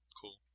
Cool